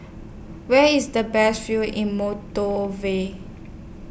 Where IS The Best View in Moldova